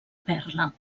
perla